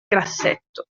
grassetto